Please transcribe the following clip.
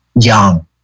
young